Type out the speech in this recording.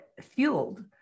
fueled